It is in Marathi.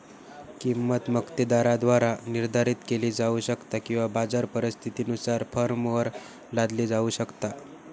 किंमत मक्तेदाराद्वारा निर्धारित केली जाऊ शकता किंवा बाजार परिस्थितीनुसार फर्मवर लादली जाऊ शकता